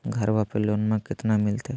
घरबा पे लोनमा कतना मिलते?